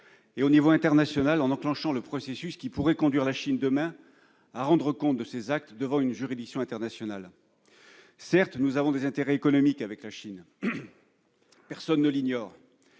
et à l'échelon international, en enclenchant le processus qui pourrait conduire la Chine à rendre compte, demain, de ses actes devant une juridiction internationale. Certes, nous avons des intérêts économiques avec ce pays, personne ne l'ignore.